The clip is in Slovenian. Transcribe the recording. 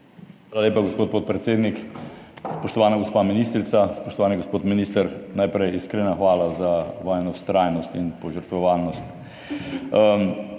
Hvala lepa, gospod podpredsednik. Spoštovana gospa ministrica, spoštovani gospod minister! Najprej iskrena hvala za vajino vztrajnost in požrtvovalnost.